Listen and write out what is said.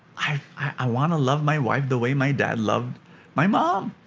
i i want to love my wife the way my dad loved my mom.